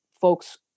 folks